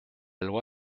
loi